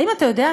האם אתה יודע,